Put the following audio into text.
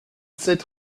sept